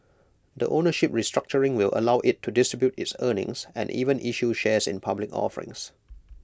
the ownership restructuring will allow IT to distribute its earnings and even issue shares in public offerings